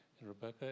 Rebecca